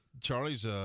Charlie's